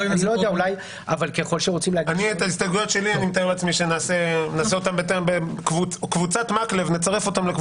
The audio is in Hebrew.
את ההסתייגויות שלי נצרף לקבוצת מקלב.